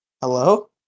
Hello